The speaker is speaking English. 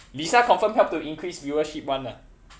lisa confirm help to increase viewership [one] ah